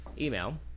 email